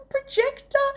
projector